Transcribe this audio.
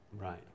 Right